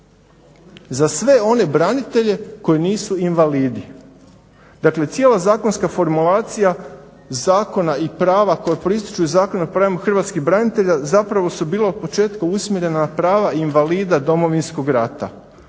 za sve one branitelje koji nisu invalidi. Dakle, cijela zakonska formulacija zakona i prava koja proističu iz Zakona o pravima hrvatskih branitelja zapravo su bila od početka usmjerena prava invalida Domovinskog rata.